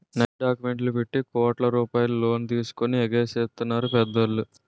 నకిలీ డాక్యుమెంట్లు పెట్టి కోట్ల రూపాయలు లోన్ తీసుకొని ఎగేసెత్తన్నారు పెద్దోళ్ళు